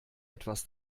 etwas